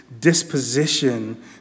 disposition